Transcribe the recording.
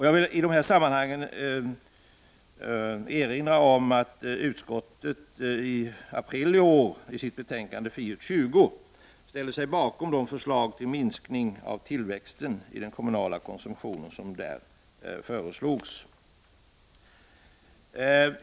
Jag vill i detta sammanhang erinra om att utskottet i april i år, i sitt betänkande FiU20, ställde sig bakom de förslag till minskning av tillväxten i den kommunala konsumtionen som föreslogs.